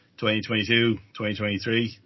2022-2023